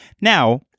Now